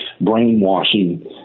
brainwashing